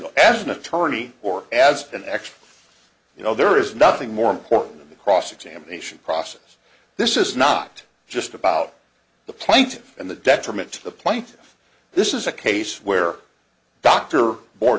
know as an attorney or as an expert you know there is nothing more important than the cross examination process this is not just about the plaintiff and the detriment to the plaintiff this is a case where d